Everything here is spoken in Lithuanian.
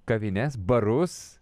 kavines barus